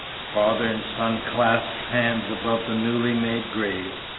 father and son clasped hands above the newly made grave.